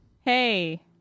Hey